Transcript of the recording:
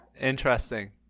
Interesting